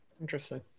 Interesting